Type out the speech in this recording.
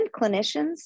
clinicians